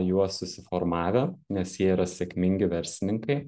juos susiformavę nes jie yra sėkmingi verslininkai